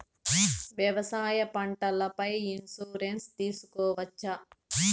వ్యవసాయ పంటల పై ఇన్సూరెన్సు తీసుకోవచ్చా?